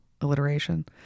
alliteration